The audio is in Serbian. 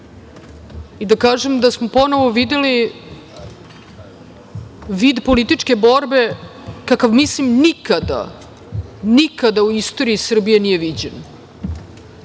i da kažem da smo ponovo videli vid političke borbe kakav mislim da nikada, nikada u istoriji Srbije nije viđen.